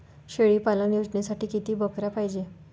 शेळी पालन योजनेसाठी किती बकऱ्या पायजे?